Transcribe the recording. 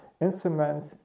instruments